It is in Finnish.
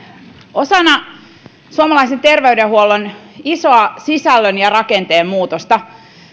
osana suomalaisen terveydenhuollon isoa sisällön ja rakenteen muutosta